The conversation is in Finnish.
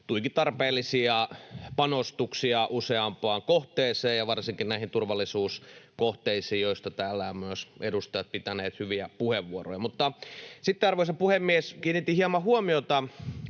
tuiki tarpeellisia panostuksia useampaan kohteeseen ja varsinkin näihin turvallisuuskohteisiin, joista täällä ovat myös edustajat pitäneet hyviä puheenvuoroja. Arvoisa puhemies! Mutta sitten kiinnitin hieman huomiota